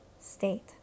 state